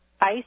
ice